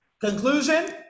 Conclusion